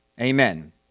Amen